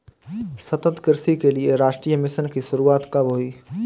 सतत कृषि के लिए राष्ट्रीय मिशन की शुरुआत कब हुई?